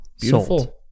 Beautiful